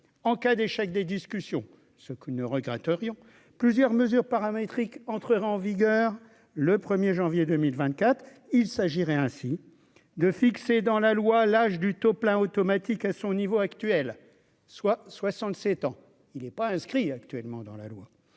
en cas d'échec des discussions, ce que ne regrette rien, plusieurs mesures paramétrique entrera en vigueur le 1er janvier 2024, il s'agirait ainsi de fixer dans la loi l'âge du taux plein automatique à son niveau actuel, soit 67 ans, il est pas inscrit actuellement dans la loi